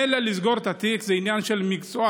מילא, לסגור התיק זה עניין מקצועי,